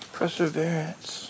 Perseverance